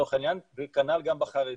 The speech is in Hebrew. לצורך העניין, כנ"ל גם בחרדי.